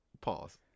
pause